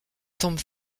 tombe